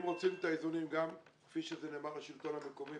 אם רוצים את האיזונים כפי שזה נאמר על ידי השלטון המקומי,